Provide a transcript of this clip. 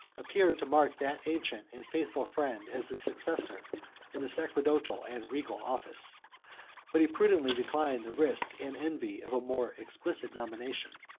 appeared to mark that ancient and faithful friend as his successor in the sacerdotal and regal office but he prudently declined the risk and envy of a more explicit nomination.